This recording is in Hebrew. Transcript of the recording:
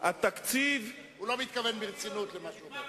הוא לא מתכוון ברצינות למה שהוא אומר.